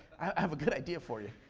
i have a good idea for you.